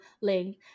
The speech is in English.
link